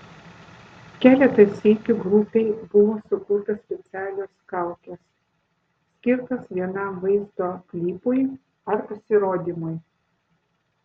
keletą sykių grupei buvo sukurtos specialios kaukės skirtos vienam vaizdo klipui ar pasirodymui